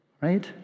right